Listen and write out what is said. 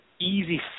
easy